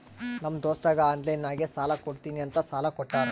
ನಮ್ ದೋಸ್ತಗ ಆನ್ಲೈನ್ ನಾಗೆ ಸಾಲಾ ಕೊಡ್ತೀನಿ ಅಂತ ಸಾಲಾ ಕೋಟ್ಟಾರ್